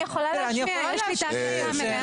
אני יכולה להשמיע, יש לי את ההקלטה המלאה.